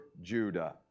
Judah